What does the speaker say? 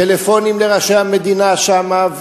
טלפונים לראשי המדינה שם,